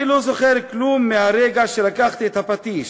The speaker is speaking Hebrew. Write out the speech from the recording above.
אני לא זוכר כלום מהרגע שלקחתי את הפטיש,